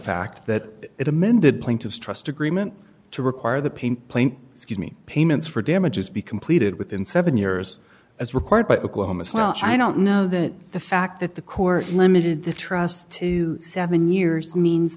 fact that it amended plaintiff's trust agreement to require the pain plaint excuse me payments for damages be completed within seven years as required by oklahoma so much i don't know that the fact that the court limited the trust to seven years means